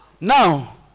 now